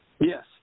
Yes